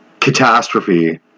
catastrophe